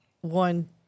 one